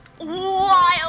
wild